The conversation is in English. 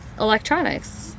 electronics